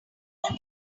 leave